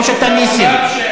או שאתה נסים?